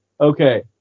Okay